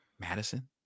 Madison